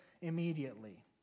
immediately